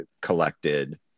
collected